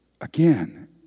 again